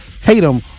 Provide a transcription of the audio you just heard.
Tatum